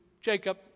Jacob